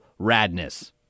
radness